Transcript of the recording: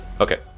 Okay